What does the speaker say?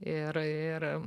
ir ir